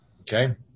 Okay